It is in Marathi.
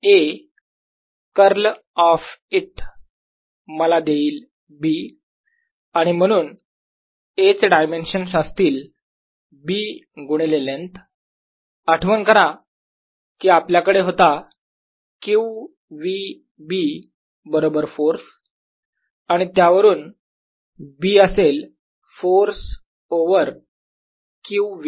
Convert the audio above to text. A कर्ल ऑफ इट मला देईल B आणि म्हणून A चे डायमेन्शन्स असतील B गुणिले लेन्थ आठवण करा की आपल्याकडे होता q v B बरोबर फोर्स आणि त्यावरून B असेल फोर्स ओवर q V